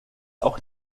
auch